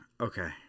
Okay